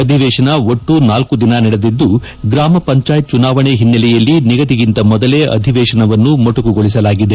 ಅಧಿವೇಶನ ಒಟ್ಟು ನಾಲ್ಕು ದಿನ ನಡೆದಿದ್ದು ಗಾಮ ಪಂಚಾಯತ್ ಚುನಾವಣೆ ಹಿನ್ನೆಲೆಯಲ್ಲಿ ನಿಗದಿಗಿಂತ ಮೊದಲೇ ಅಧಿವೇಶನವನ್ನು ಮೊಟಕುಗೊಳಿಸಲಾಗಿದೆ